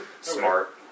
Smart